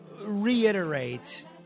reiterate